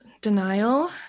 denial